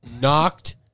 knocked